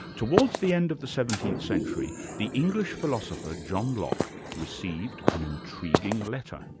towards the end of the seventeenth century the english philosopher, john locke received an intriguing letter.